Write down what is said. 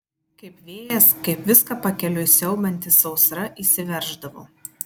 kaip vėjas kaip viską pakeliui siaubianti sausra įsiverždavo